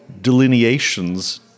delineations